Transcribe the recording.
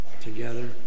together